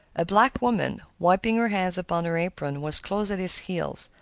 a black woman, wiping her hands upon her apron, was close at his heels.